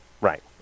Right